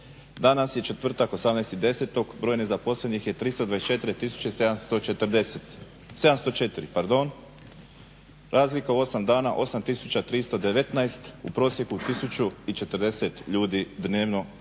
Danas je četvrtak 18.10., broj nezaposlenih je 324704, razlika u 8 dana 8319, u prosjeku 1040 ljudi dnevno